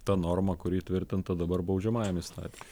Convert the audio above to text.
ta norma kuri įtvirtinta dabar baudžiamajam įstatyme